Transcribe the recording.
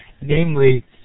Namely